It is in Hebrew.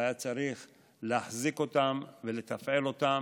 והיה צריך להחזיק אותם ולתפעל אותם.